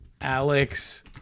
Alex